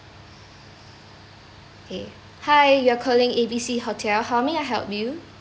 okay hi you are calling A B C hotel how may I help you